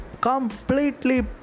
completely